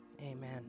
amen